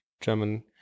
German